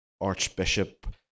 Archbishop